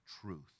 truth